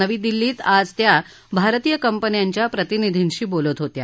नवी दिल्लीत आज त्या भारतीय कंपन्यांच्या प्रतिनिधींशी बोलत होत्या